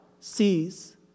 sees